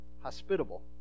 hospitable